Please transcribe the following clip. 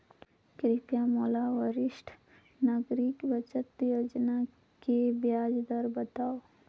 कृपया मोला वरिष्ठ नागरिक बचत योजना के ब्याज दर बतावव